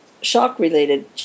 shock-related